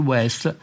West